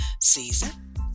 season